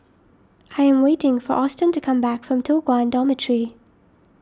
I am waiting for Austen to come back from Toh Guan Dormitory